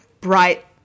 bright